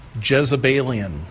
Jezebelian